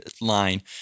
line